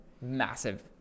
massive